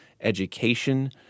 education